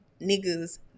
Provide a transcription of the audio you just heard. niggas